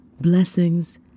Blessings